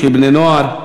של בני-נוער,